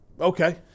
okay